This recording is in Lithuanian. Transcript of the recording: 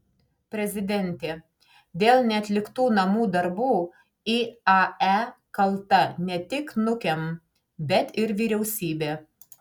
prezidentė dėl neatliktų namų darbų iae kalta ne tik nukem bet ir vyriausybė